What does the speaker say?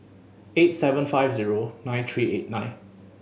eight seven five zero nine three eight nine